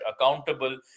accountable